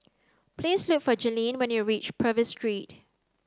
please look for Jaylene when you reach Purvis Street